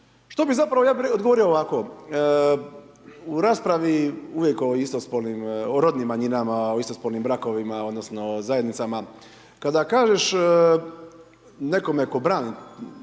što bi zapravo, ja bih odgovorio ovako. U raspravi uvijek o istospolnim, o rodnim manjina, o istospolnim brakovima odnosno o zajednicama. Kada kažeš nekome tko brani